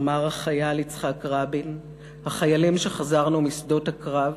אמר החייל יצחק רבין, "החיילים שחזרנו משדות הקרב